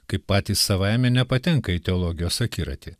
kaip patys savaime nepatenka į teologijos akiratį